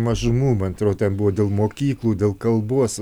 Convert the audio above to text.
mažumų man atrodo ten buvo dėl mokyklų dėl kalbos